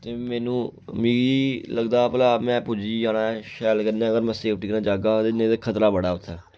ते मेनू मिगी लगदा भला में पुज्जी जाना शैल कन्नै अगर में सेफ्टी कन्नै जाह्गा ते नेईं ते खतरा बड़ा उत्थै